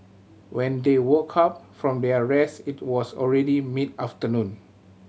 when they woke up from their rest it was already mid afternoon